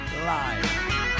Live